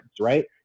right